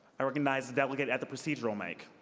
i recognize the delegate at the procedural mic.